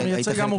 אתה מייצג עמותה.